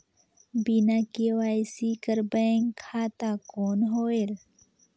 बिना के.वाई.सी कर बैंक खाता कौन होएल?